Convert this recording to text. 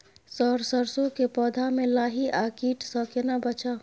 Sir सरसो के पौधा में लाही आ कीट स केना बचाऊ?